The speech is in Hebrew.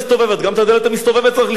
גם את הדלת המסתובבת צריך לסגור.